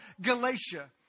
Galatia